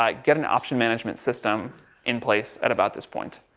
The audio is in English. like get an option management system in place at about this point.